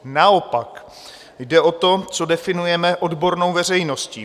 Naopak, jde o to, co definujeme odbornou veřejností.